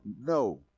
No